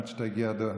עד שתגיע הנואמת,